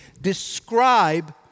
describe